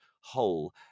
whole